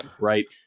right